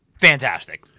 fantastic